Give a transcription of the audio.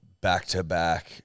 back-to-back